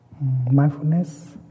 mindfulness